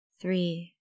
three